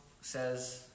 says